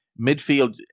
midfield